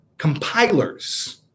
Compilers